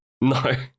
No